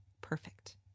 perfect